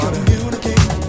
Communicate